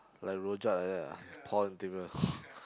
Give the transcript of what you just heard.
like Rojak like that lah pour on table